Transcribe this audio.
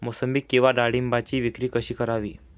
मोसंबी किंवा डाळिंबाची विक्री कशी करावी?